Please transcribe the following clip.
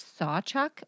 Sawchuck